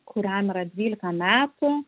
kuriam yra dvylika metų